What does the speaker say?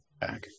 back